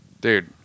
Dude